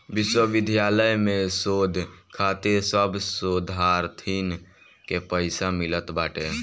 विश्वविद्यालय में शोध खातिर सब शोधार्थीन के पईसा मिलत बाटे